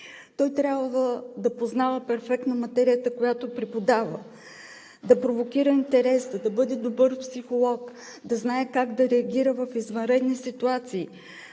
Той трябва да познава перфектно материята, която преподава, да провокира интереса, да бъде добър психолог, да знае как да реагира в извънредни ситуации,